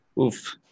Oof